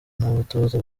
n’abatoza